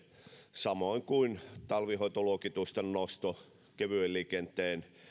samoin kuin talvihoitoluokitusten nosto sekä kevyen liikenteen